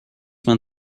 man